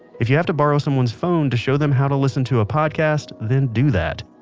if you have to borrow someone's phone to show them how to listen to a podcast, then do that.